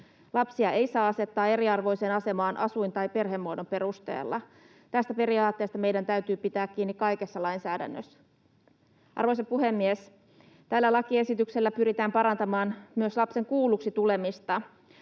Lapsia ei saa asettaa eriarvoiseen asemaan asuin- tai perhemuodon perusteella. Tästä periaatteesta meidän täytyy pitää kiinni kaikessa lainsäädännössä. Arvoisa puhemies! Tällä lakiesityksellä pyritään parantamaan myös lapsen kuulluksi tulemista.